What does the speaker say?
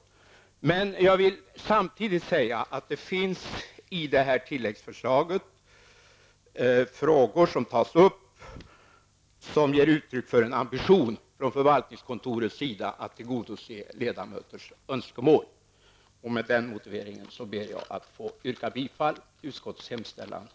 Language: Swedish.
Samtidigt vill jag säga att det har finns frågor som ger uttryck för en ambition från förvaltningskontorets sida att tillgodose ledamöters önskemål. Med detta ber jag att få yrka bifall till utskottets hemställan.